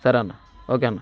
సరే అన్నా ఓకే అన్నా